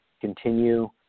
continue